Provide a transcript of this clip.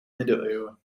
middeleeuwen